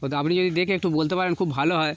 ও তো আপনি যদি দেখে একটু বলতে পারেন খুব ভালো হয়